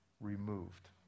removed